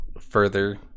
further